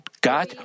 God